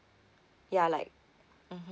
ya like mmhmm